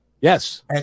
Yes